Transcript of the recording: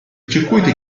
circuiti